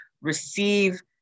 receive